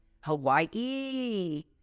Hawaii